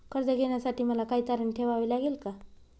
कर्ज घेण्यासाठी मला काही तारण ठेवावे लागेल का?